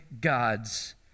God's